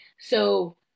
So-